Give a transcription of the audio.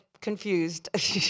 confused